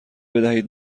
بدهید